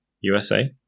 USA